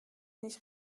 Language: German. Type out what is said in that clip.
nicht